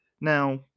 Now